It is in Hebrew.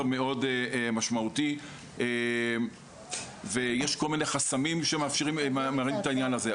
מאוד משמעותי ויש כל מיני חסמים שמראים את העניין הזה.